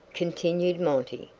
continued monty,